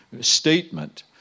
statement